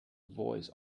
voice